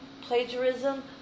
plagiarism